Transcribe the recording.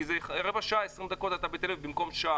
כי בתוך רבע שעה-20 דקות אתה בתל אביב במקום שעה.